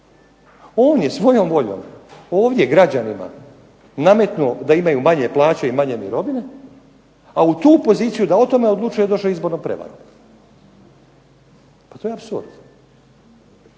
On je svojom voljom ovdje građanima nametnuo da imaju manje plaće i manje mirovine, a u tu poziciju da o tome odlučuje došao je izbornom prevarom. Pa to je apsurd.